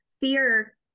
fear